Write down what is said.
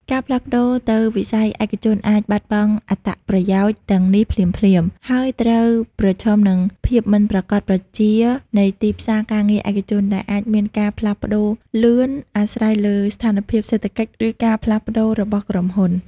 ការផ្លាស់ប្តូរទៅវិស័យឯកជនអាចបាត់បង់អត្ថប្រយោជន៍ទាំងនេះភ្លាមៗ ហើយត្រូវប្រឈមនឹងភាពមិនប្រាកដប្រជានៃទីផ្សារការងារឯកជន ដែលអាចមានការផ្លាស់ប្តូរលឿន អាស្រ័យលើស្ថានភាពសេដ្ឋកិច្ច ឬការផ្លាស់ប្តូររបស់ក្រុមហ៊ុន។